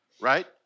right